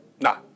Nah